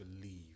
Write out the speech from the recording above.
believe